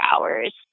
hours